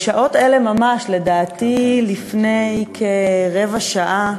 בשעות אלה ממש, לדעתי לפני כרבע שעה,